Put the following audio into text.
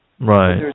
Right